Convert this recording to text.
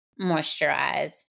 moisturize